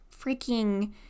freaking